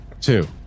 two